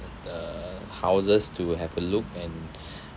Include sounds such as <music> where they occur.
uh houses to have a look and <breath>